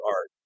art